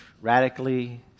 radically